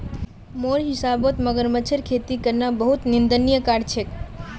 मोर हिसाबौत मगरमच्छेर खेती करना बहुत निंदनीय कार्य छेक